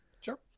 Sure